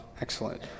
Excellent